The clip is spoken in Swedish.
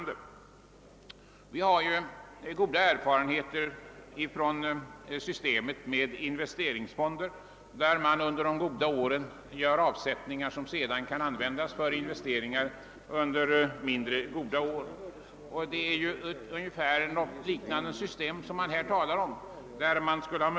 Det finns ju positiva erfarenheter av systemet med investeringsfonder, som inne bär att man under goda år gör avsättningar och sedan använder medlen för investeringar under mindre goda år. Det är ett motsvarande system på forskningssidan som vi nu förordar.